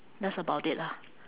that's about it lah